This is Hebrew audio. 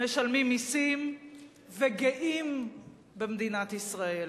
משלמים מסים וגאים במדינת ישראל.